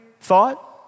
thought